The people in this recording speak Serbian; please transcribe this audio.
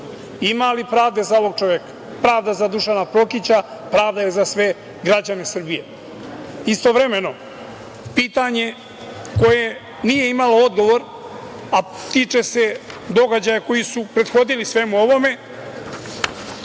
Ima li pravde za ovog čoveka? Pravda za Dušana Prokića, pravda je za sve građane Srbije. Istovremeno, pitanje koje nije imalo odgovor, a tiče se događaja koji su prethodili svemu ovome.